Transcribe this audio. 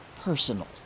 personal